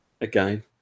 again